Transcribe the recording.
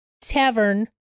tavern